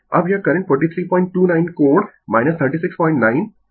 अब यह करंट 4329 कोण 369 9 o है